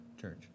church